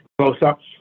close-ups